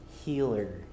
healer